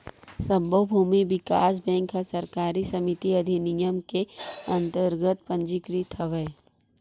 सब्बो भूमि बिकास बेंक ह सहकारी समिति अधिनियम के अंतरगत पंजीकृत हवय